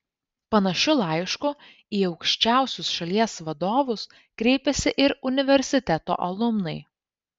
panašiu laišku į aukščiausius šalies vadovus kreipėsi ir universiteto alumnai